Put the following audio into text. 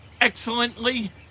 excellently